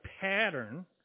pattern